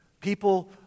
People